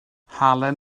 halen